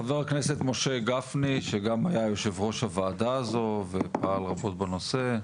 חבר הכנסת משה גפני שגם היה יושב-ראש הוועדה הזו ופעל רבות בנושא.